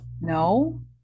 No